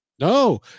No